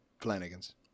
Flanagan's